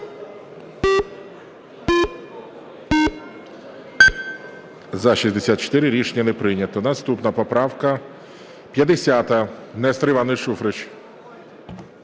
За-64 Рішення не прийнято. Наступна поправка 50. Нестор Іванович Шуфрич.